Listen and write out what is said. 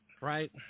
Right